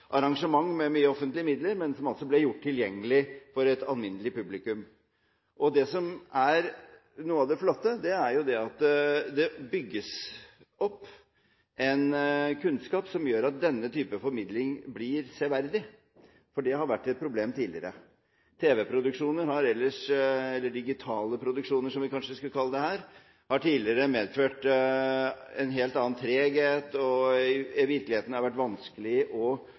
alminnelig publikum. Det som er noe av det flotte, er at det bygges opp en kunnskap som gjør at denne typen formidling blir severdig. Det har vært et problem tidligere. Tv-produksjoner, eller digitale produksjoner som vi kanskje skal kalle det her, har tidligere medført en helt annen treghet, og virkeligheten har vært vanskelig å